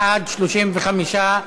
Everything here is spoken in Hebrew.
בעד, 35,